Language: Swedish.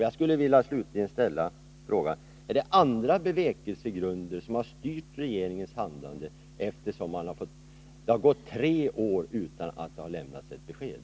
Jag skulle slutligen vilja fråga: Är det andra bevekelsegrunder som har styrt regeringens handlande, eftersom det har gått tre år utan att det lämnats något besked?